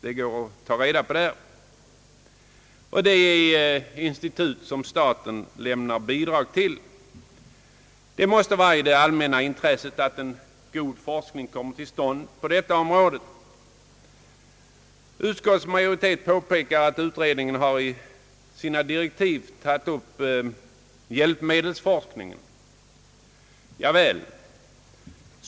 Det är institut som staten lämnar bidrag till. Det måste också vara ett allmänt intresse att en god forskning kommer till stånd på detta område. Utskottsmajoriteten påpekar att utredningens direktiv innefattar hjälpmedelsforskningen.